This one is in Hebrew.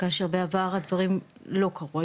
כאשר בעבר הדברים לא קרו.